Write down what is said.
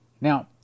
Now